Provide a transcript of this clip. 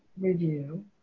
review